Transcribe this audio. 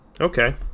Okay